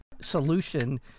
solution